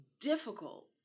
difficult